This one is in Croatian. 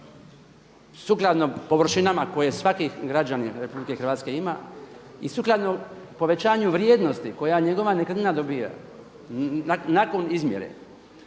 sukladno površinama koje svaki građanin Republike Hrvatske ima i sukladno povećanju vrijednosti koja njegova nekretnina dobija nakon izmjere